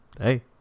hey